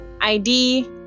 id